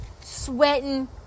sweating